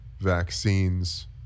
vaccines